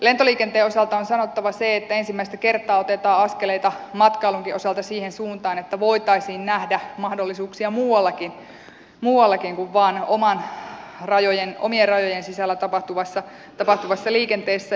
lentoliikenteen osalta on sanottava se että ensimmäistä kertaa otetaan askeleita matkailunkin osalta siihen suuntaan että voitaisiin nähdä mahdollisuuksia muuallakin kuin vain omien rajojen sisällä tapahtuvassa liikenteessä